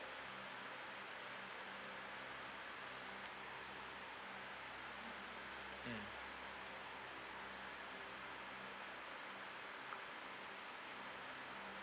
mm